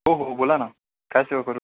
हो हो बोला ना काय सेवा करू